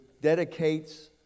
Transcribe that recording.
dedicates